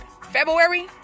February